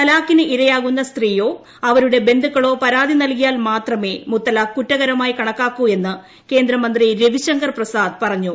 തലാഖിന് ഇരയാകുന്ന സ്ത്രീയോ അവരുടെ ബന്ധുക്കളോ പരാതി നൽകിയാൽ മാത്രമേ മുത്തലാഖ് കുറ്റകരമായി കണക്കാക്കൂഎന്ന് കേന്ദ്ര മന്ത്രി രവിശങ്കർ പ്രസാദ് പറഞ്ഞു